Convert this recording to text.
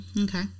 Okay